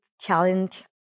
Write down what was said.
challenge